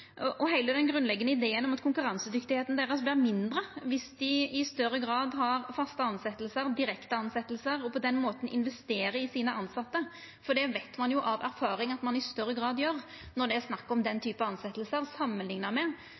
Heile den grunnleggjande ideen om at konkurransedyktigheita deira vert mindre dersom dei i større grad har faste tilsetjingar, direkte tilsetjingar – på den måten investerer ein i dei tilsette, for det veit ein av erfaring at ein i større grad gjer når det er snakk om den typen tilsetjingar, samanlikna med